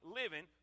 living